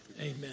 Amen